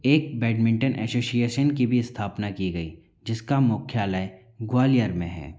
एक badminton association की भी स्थापना की गई जिसका मुख्यालय ग्वालियर में है